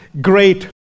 great